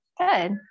good